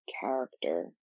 character